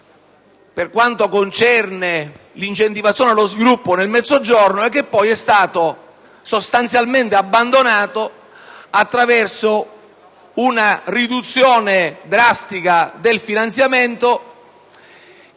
per quanto concerne l'incentivazione allo sviluppo nel Mezzogiorno. Tale strumento è stato poi sostanzialmente abbandonano a causa di una riduzione drastica del finanziamento